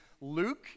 Luke